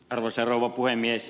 arvoisa rouva puhemies